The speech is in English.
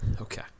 okay